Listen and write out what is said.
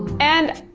and,